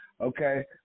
okay